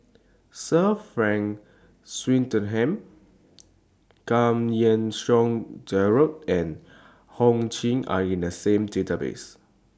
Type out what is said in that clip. Sir Frank Swettenham Giam Yean Song Gerald and Ho Ching Are in The Database